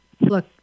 Look